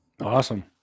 Awesome